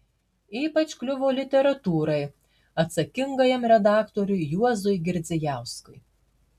ypač kliuvo literatūrai atsakingajam redaktoriui juozui girdzijauskui